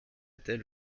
était